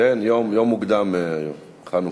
כן, מוקדם היום, חנוכה.